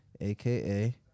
AKA